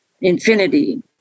infinity